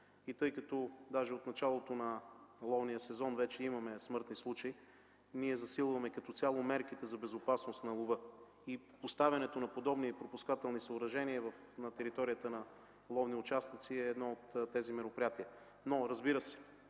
Тъй като от началото на ловния сезон вече имаме смъртни случаи, ние засилваме като цяло мерките за безопасност на лова и поставянето на подобни пропускателни съоръжения на територията на ловни участъци е едно от тези мероприятия. Но разбира се,